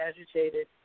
agitated